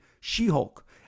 She-Hulk